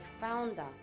founder